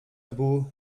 był